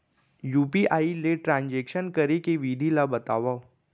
UPI ले transaction करे के विधि ला बतावव?